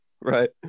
Right